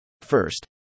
First